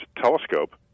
telescope